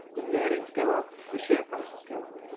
when the earnings go up the share prices go up.